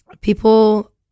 People